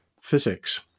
physics